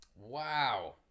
Wow